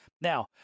Now